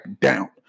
down